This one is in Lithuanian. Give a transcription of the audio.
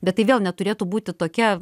bet tai vėl neturėtų būti tokia